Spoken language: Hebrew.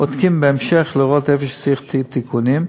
בודקים בהמשך לראות איפה צריך תיקונים,